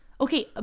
okay